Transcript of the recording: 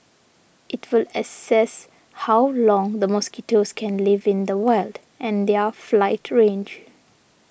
it will assess how long the mosquitoes can live in the wild and their flight range